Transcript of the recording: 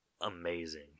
amazing